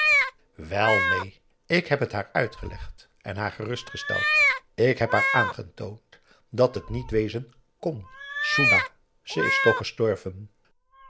wel neen ik heb het haar uitgelegd en haar gerustgesteld ik heb haar aangetoond dat het niet wezen kon soedah ze is toch